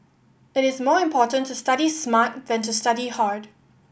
it is more important to study smart than to study hard